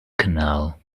canal